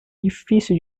difícil